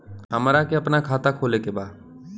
हमरा के अपना खाता खोले के बा?